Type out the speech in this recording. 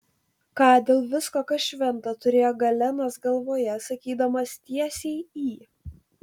ką dėl visko kas šventa turėjo galenas galvoje sakydamas tiesiai į